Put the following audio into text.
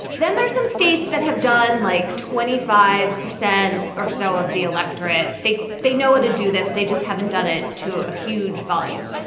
then there are some states that have done like twenty five percent or so of the electorate. they they know what to do this. they just haven't done it to a huge volume.